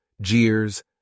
jeers